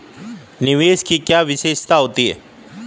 निवेश की क्या विशेषता होती है?